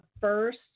first